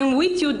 I'm with you,